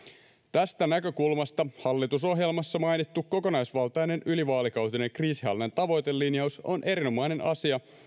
tästä näkökulmasta hallitusohjelmassa mainittu kokonaisvaltainen ylivaalikautinen kriisinhallinnan tavoitelinjaus on erinomainen asia